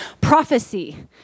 Prophecy